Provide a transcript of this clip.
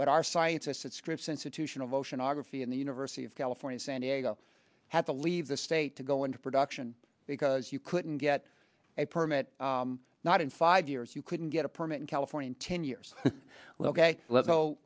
but our scientists at scripps institution of oceanography at the university of california san diego had to leave the state to go into production because you couldn't get a permit not in five years you couldn't get a permit in california ten years well ok let's go